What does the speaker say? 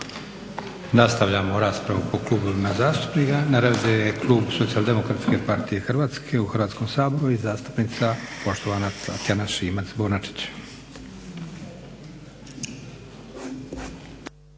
Nastavljamo raspravu po klubovima zastupnika. Na redu je klub SDP Hrvatske u Hrvatskom saboru i zastupnica poštovana Tatjana Šimac-Bonačić.